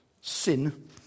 Sin